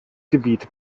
gebiet